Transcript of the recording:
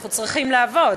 אנחנו צריכים לעבוד.